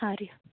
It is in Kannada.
ಹಾಂ ರೀ